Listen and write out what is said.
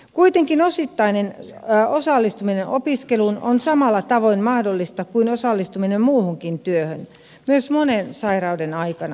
kuitenkin osittainen osallistuminen opiskeluun on samalla tavoin mahdollista kuin osallistuminen muuhunkin työhön myös monen sairauden aikana